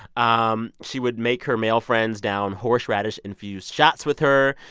um she would make her male friends down horseradish-infused shots with her.